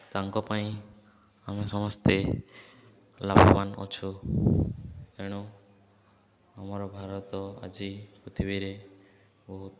ତାଙ୍କ ପାଇଁ ଆମେ ସମସ୍ତେ ଲାଭବାନ ଅଛୁ ତେଣୁ ଆମର ଭାରତ ଆଜି ପୃଥିବୀରେ ବହୁତ